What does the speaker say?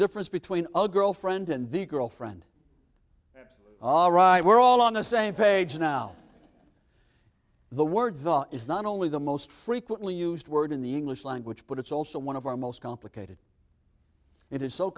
difference between a girlfriend and the girlfriend all right we're all on the same page now the word is not only the most frequently used word in the english language but it's also one of our most complicated it is so